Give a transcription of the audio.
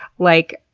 like,